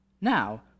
Now